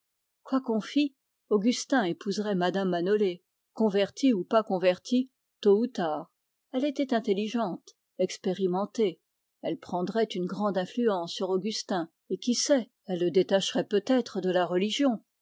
qu'on fît augustin épouserait mme manolé convertie ou non convertie tôt ou tard elle était intelligente elle prendrait une grande influence sur augustin et qui sait le détacherait peut-être de la religion